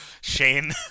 Shane